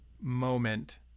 moment